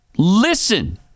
Listen